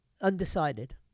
undecided